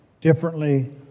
differently